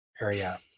area